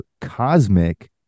Cosmic